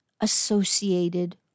associated